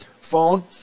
phone